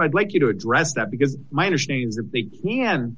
i'd like you to address that because my understanding is that they can